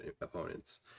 opponents